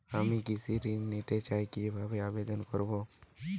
আমি কৃষি ঋণ নিতে চাই কি ভাবে আবেদন করব?